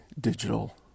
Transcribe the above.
digital